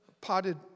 potted